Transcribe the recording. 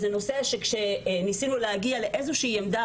זה נושא שכשניסינו להגיע לאיזושהי עמדה